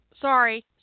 Sorry